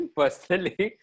personally